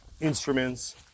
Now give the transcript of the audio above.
instruments